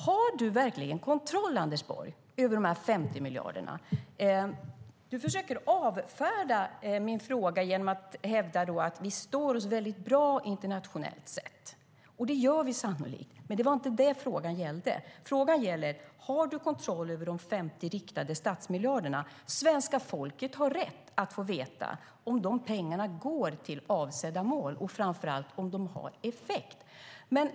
Har du verkligen kontroll, Anders Borg, över de 50 miljarderna? Du försöker avfärda min fråga genom att hävda att vi står oss väldigt bra internationellt sett. Det gör vi sannolikt. Men det var inte vad frågan gällde. Frågan gäller: Har du kontroll över de 50 riktade statsmiljarderna? Svenska folket har rätt att få veta om de pengarna går till avsedda mål och framför allt om de har effekt.